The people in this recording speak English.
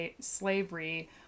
slavery